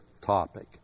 topic